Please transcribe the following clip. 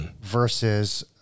versus